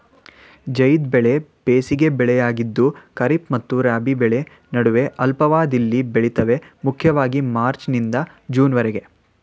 ಝೈದ್ ಬೆಳೆ ಬೇಸಿಗೆ ಬೆಳೆಯಾಗಿದ್ದು ಖಾರಿಫ್ ಮತ್ತು ರಾಬಿ ಬೆಳೆ ನಡುವೆ ಅಲ್ಪಾವಧಿಲಿ ಬೆಳಿತವೆ ಮುಖ್ಯವಾಗಿ ಮಾರ್ಚ್ನಿಂದ ಜೂನ್ವರೆಗೆ